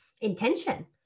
intention